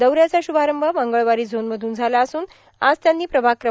दौऱ्याचा शुभारंभ मंगळवारी झोनमधून झालं असून आज त्यांनी प्रभाग क्र